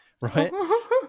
right